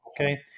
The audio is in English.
okay